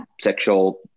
sexual